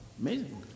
Amazing